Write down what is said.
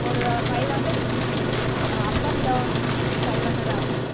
ஒரு five hundred ah up and down five hundred ஆகும்மா